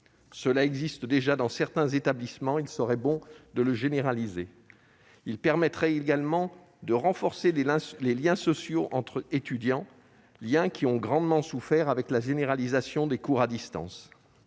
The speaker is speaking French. existe déjà dans certains établissements : il serait bon de le généraliser, ce qui permettrait également de renforcer les liens sociaux entre étudiants, liens qui ont été grandement affectés par la généralisation des cours à distance.